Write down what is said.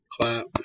Clap